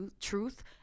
truth